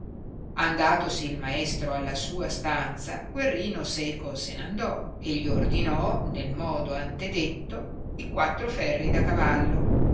andatosi il maestro alla sua stanza guerrino seco se n andò e gli ordinò nel modo antedetto i quattro ferri da cavallo